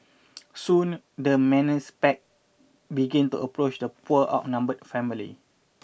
soon the menace pack begin to approach the poor outnumbered family